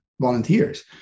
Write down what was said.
volunteers